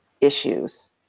issues